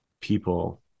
people